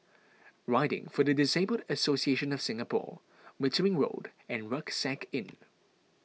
Riding for the Disabled Association of Singapore Wittering Road and Rucksack Inn